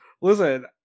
Listen